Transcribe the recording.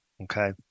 Okay